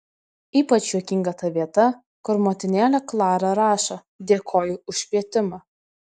ypač juokinga ta vieta kur motinėlė klara rašo dėkoju už kvietimą